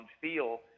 feel